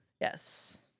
Yes